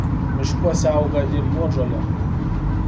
miškuose auga ir juodžolė